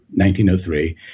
1903